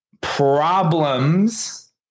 problems